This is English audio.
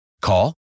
call